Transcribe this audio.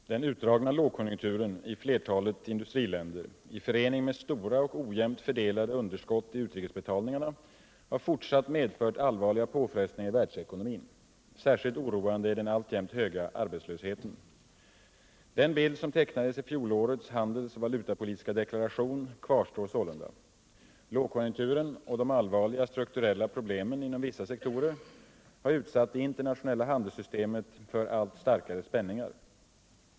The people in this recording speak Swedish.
Herr talman! Den utdragna lågkonjunkturen i flertalet industriländer i förening med stora och ojämnt fördelade underskott i utrikesbetalningarna har fortsatt medfört allvarliga påfrestningar i världsekonomin. Särskilt oroande är den alltjämt höga arbetslösheten. Den bild som tecknades i fjolårets handelsoch valutapolitiska deklaration kvarstår sålunda. Lågkonjunkturen och de allvarliga strukturella problemen inom vissa sektorer har utsatt det internationella handelssystemet för allt starkare spänningar.